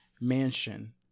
mansion